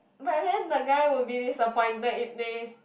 but then the guy will be disappointed if they